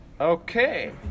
Okay